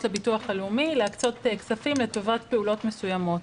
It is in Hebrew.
לביטוח הלאומי להקצות כספים לטובת פעולות מסוימות.